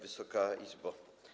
Wysoka Izbo!